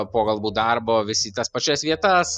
po galbūt darbo vis į tas pačias vietas